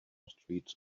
streets